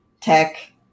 tech